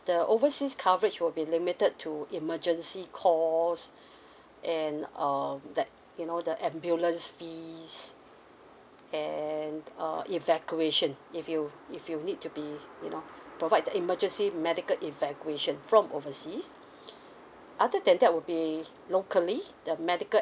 the overseas coverage will be limited to emergency calls and um that you know the ambulance fees and uh evacuation if you if you need to be you know provide the emergency medical evacuation from overseas other than that would be locally the medical